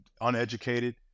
uneducated